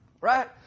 Right